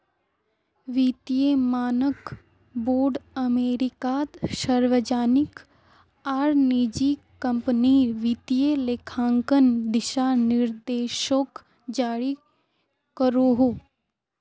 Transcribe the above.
वित्तिय मानक बोर्ड अमेरिकात सार्वजनिक आर निजी क्म्पनीर वित्तिय लेखांकन दिशा निर्देशोक जारी करोहो